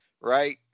right